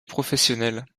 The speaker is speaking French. professionnelle